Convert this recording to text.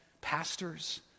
pastors